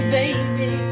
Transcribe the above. baby